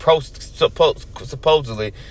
supposedly